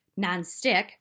nonstick